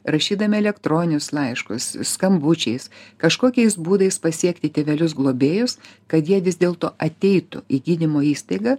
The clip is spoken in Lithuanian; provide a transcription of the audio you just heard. rašydami elektroninius laiškus skambučiais kažkokiais būdais pasiekti tėvelius globėjus kad jie vis dėlto ateitų į gydymo įstaigą